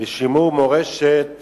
לשימור מורשת